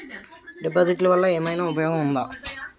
డిపాజిట్లు వల్ల ఏమైనా ఉపయోగం ఉందా?